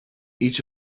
each